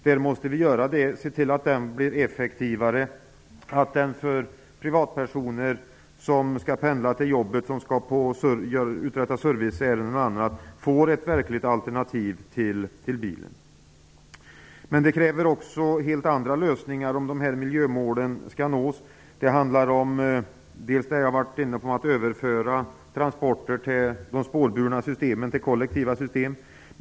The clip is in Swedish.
Vi måste där se till att den blir effektivare, så att privatpersoner som skall pendla till jobbet, uträtta serviceärenden osv. får ett verkligt alternativ till bilen. Men det krävs för att miljömålen skall nås också helt andra lösningar. Jag har varit inne på överföring av transporter till kollektiva spårburna system.